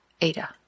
Ada